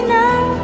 now